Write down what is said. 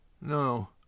No